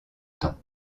temps